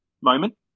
moment